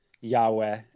Yahweh